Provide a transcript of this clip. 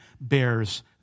bears